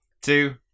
Two